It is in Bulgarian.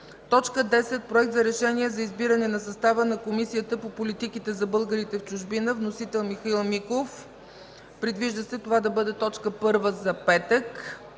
съвет. 10. Проект на решение за избиране на състава на Комисията по политиките за българите в чужбина. Вносител – Михаил Миков. Предвижда се това да бъде точка първа за петък,